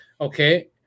okay